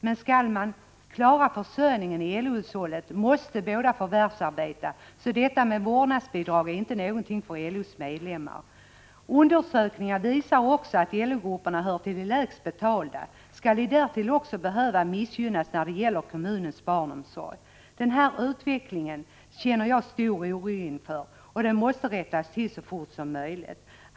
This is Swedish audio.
Men skall man klara försörjningen i LO-hushållet måste båda föräldrarna förvärvsarbeta, därför är vårdnadsbidrag inte något för LO:s medlemmar. Undersökningar visar också att LO-grupperna hör till de lägst betalda. Skall de därtill också behöva missgynnas när det gäller kommunens barnomsorg? Den här utvecklingen känner jag stor oro inför, och den måste rättas till så fort som möjligt.